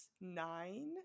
nine